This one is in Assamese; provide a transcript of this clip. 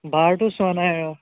বাৰটো চোৱা নাই ৰহ